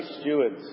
stewards